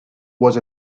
was